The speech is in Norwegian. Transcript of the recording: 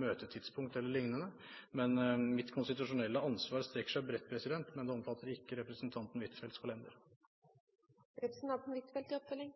møtetidspunkt e.l. Mitt konstitusjonelle ansvar strekker seg bredt, men det omfatter ikke representanten